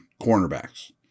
cornerbacks